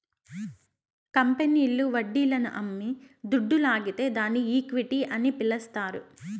కంపెనీల్లు వడ్డీలను అమ్మి దుడ్డు లాగితే దాన్ని ఈక్విటీ అని పిలస్తారు